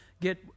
get